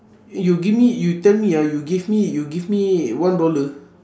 you give me you tell me ah you give me you give me one dollar